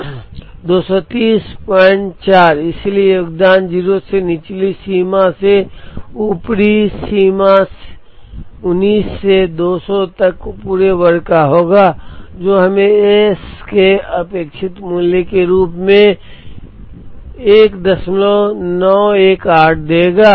2304 इसलिए योगदान 0 से निचली सीमा से ऊपरी सीमा 19 से 200 तक पूरे वर्ग का होगा जो हमें s के अपेक्षित मूल्य के रूप में 1918 देगा